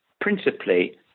principally